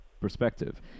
perspective